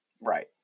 Right